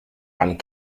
and